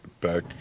back